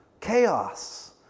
Chaos